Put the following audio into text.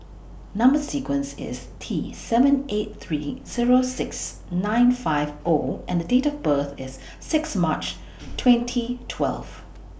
Number sequence IS T seven eight three Zero six nine five O and Date of birth IS six March twenty twelve